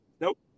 Nope